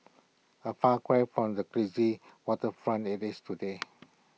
A far cry from the glitzy waterfront IT is today